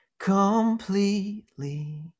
completely